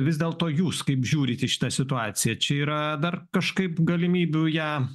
vis dėlto jūs kaip žiūrit į šitą situaciją čia yra dar kažkaip galimybių ją